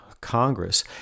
congress